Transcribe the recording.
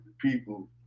people